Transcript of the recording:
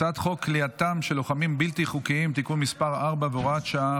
הצעת חוק כליאתם של לוחמים בלתי חוקיים (תיקון מס' 4 והוראת שעה,